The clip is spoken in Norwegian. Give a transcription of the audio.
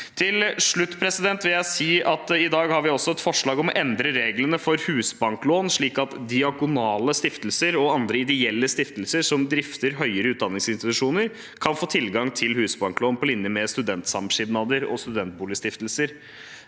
Til slutt vil jeg si at i dag har vi også et forslag om å endre reglene for husbanklån, slik at diakonale stiftelser og andre ideelle stiftelser som drifter høyere utdanningsinstitusjoner, kan få tilgang til husbanklån på linje med studentsamskipnader og studentboligstiftelser.